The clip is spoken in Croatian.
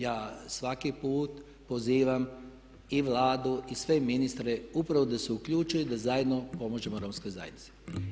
Ja svaki put pozivam i Vladu i sve ministre upravo da se uključe i da zajedno pomognemo romskoj zajednici.